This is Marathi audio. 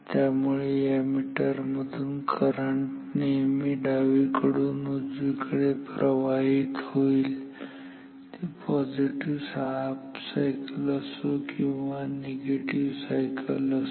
त्यामुळे या मीटर मधून करंट नेहमी डावीकडून उजवीकडे प्रवाहित होईल ती पॉझिटिव्ह सायकल असो किंवा निगेटिव्ह सायकल असो